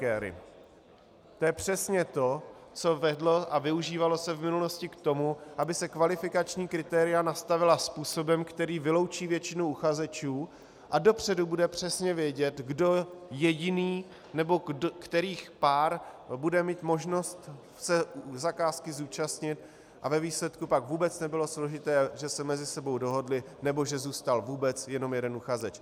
To je přesně to, co vedlo a využívalo se v minulosti k tomu, aby se kvalifikační kritéria nastavila způsobem, který vyloučí většinu uchazečů a dopředu se bude přesně vědět, kdo jediný, kterých pár bude mít možnost se zakázky zúčastnit, a ve výsledku pak vůbec nebylo složité, že se mezi sebou dohodli, nebo že zůstal vůbec jenom jeden uchazeč.